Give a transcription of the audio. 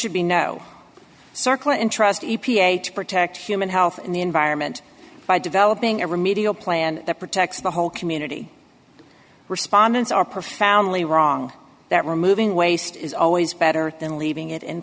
should be no circle and trust a p a to protect human health and the environment by developing a remedial plan that protects the whole community respondents are profoundly wrong that removing waste is always better than leaving it in